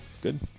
good